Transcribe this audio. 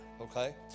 okay